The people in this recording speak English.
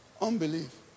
Unbelief